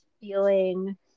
feeling